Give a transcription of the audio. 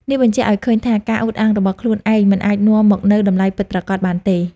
នេះបញ្ជាក់ឱ្យឃើញថា ការអួតអាងរបស់ខ្លួនឯងមិនអាចនាំមកនូវតម្លៃពិតប្រាកដបានទេ។